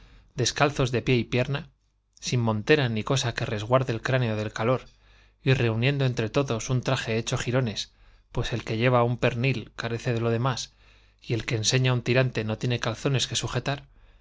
descalzos de pie y pierna sin montera ni cosa que resguarde el cráneo del calor y reuniendo todos un entre traje hecho jirones pues el que lleva un pernil carece de lo demás y el que enseña un tirante no tiene calzones que sujetar